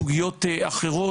סוגיות אחרות,